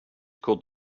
called